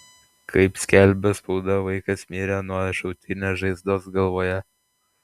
kaip skelbia spauda vaikas mirė nuo šautinės žaizdos galvoje